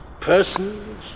persons